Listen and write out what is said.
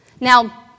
Now